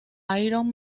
iron